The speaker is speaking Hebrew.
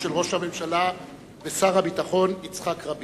של ראש הממשלה ושר הביטחון יצחק רבין.